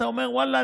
אתה אומר: ואללה,